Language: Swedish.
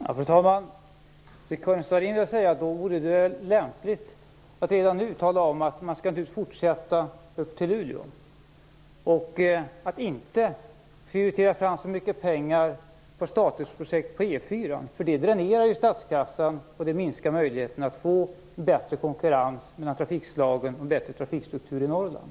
Fru talman! Till Karin Starrin vill jag säga att det i så fall vore lämpligt att redan nu säga att man naturligtvis skall fortsätta upp till Luleå. Man skall inte lägga så mycket pengar på statusprojekt på E 4:an. Det dränerar ju statskassan och minskar möjligheten att få bättre konkurrens mellan trafikslagen och en bättre trafikstruktur i Norrland.